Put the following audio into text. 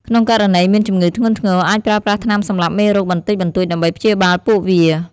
ក្នុងករណីមានជំងឺធ្ងន់ធ្ងរ អាចប្រើប្រាស់ថ្នាំសម្លាប់មេរោគបន្តិចបន្តួចដើម្បីព្យាបាលពួកវា។